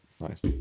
Nice